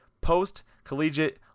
post-collegiate